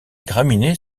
graminées